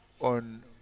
on